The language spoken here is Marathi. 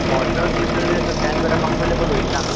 बॉटल्सपेक्षा तरी असं कॅन जरा कम्फर्टेबल होईल ना